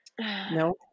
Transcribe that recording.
no